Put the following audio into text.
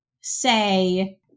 say